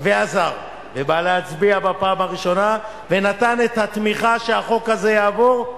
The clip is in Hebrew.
ועזר ובא להצביע בפעם הראשונה ונתן את התמיכה שהחוק הזה יעבור,